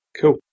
Cool